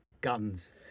guns